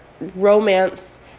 romance